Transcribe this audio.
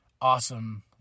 awesome